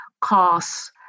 costs